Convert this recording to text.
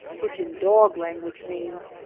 which in dog language means,